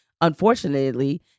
unfortunately